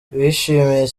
bishimiye